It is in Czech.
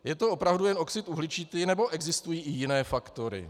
Je to opravdu jen oxid uhličitý, nebo existují i jiné faktory?